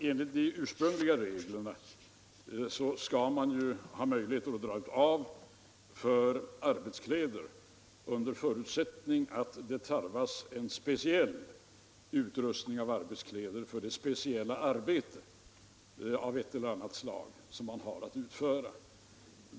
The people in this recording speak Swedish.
Enligt de ursprungliga reglerna skall man ha möjlighet att dra av för arbetskläder under förutsättning att det tarvas speciella arbetskläder för det speciella arbete av ett eller annat slag som man har att utföra.